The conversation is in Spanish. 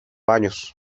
años